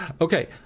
Okay